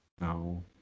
No